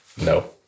No